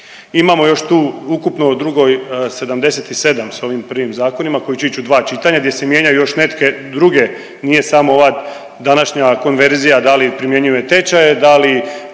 Imamo još tu ukupno u drugoj 77 s ovim prvim zakonima koji će ići u dva čitanja gdje se mijenjaju još neke druge, nije samo ova današnja konverzija da li primjenjuju tečaje, da li